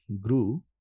grew